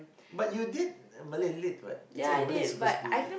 but you did Malay Lit what so you Malay suppose to be